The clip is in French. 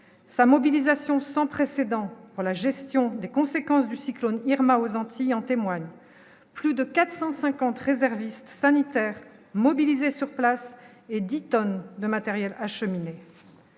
sa mobilisation sans précédent pour la gestion des conséquences du cyclone Irma aux Antilles, en témoigne : plus de 450 réservistes sanitaires mobilisés sur place et 10 tonnes de matériel acheminé